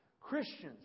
Christians